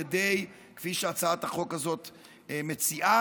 כפי שהצעת החוק הזאת מציעה,